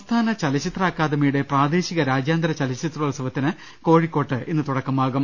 സംസ്ഥാന ചലച്ചിത്ര അക്കാദമിയുടെ പ്രാദേശിക രാജ്യാന്തര ചല ച്ചിത്രോത്സവത്തിന് കോഴിക്കോട്ട് ഇന്ന് തുടക്കമാകും